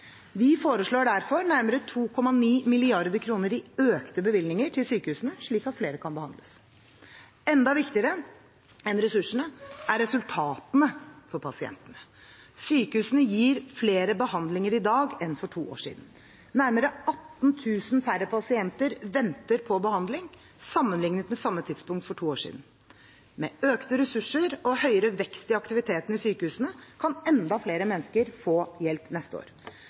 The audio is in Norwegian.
Vi foreslår derfor nærmere 2,9 mrd. kr i økte bevilgninger til sykehusene slik at flere kan behandles. Enda viktigere enn ressursene er resultatene for pasientene. Sykehusene gir flere behandlinger i dag enn for to år siden. Nærmere 18 000 færre pasienter venter på behandling sammenliknet med samme tidspunkt for to år siden. Med økte ressurser og høyere vekst i aktiviteten i sykehusene kan enda flere mennesker få hjelp til neste år.